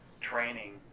training